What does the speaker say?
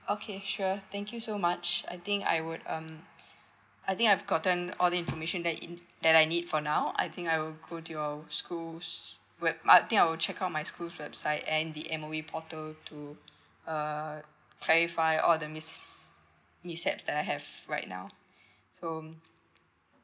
okay sure thank you so much I think I would um I think I've gotten all the information that in that I need for now I think I will go to your schools I think I'll check out my school's website and the M_O_E portal to uh clarify all the mis~ misconception that I have right now so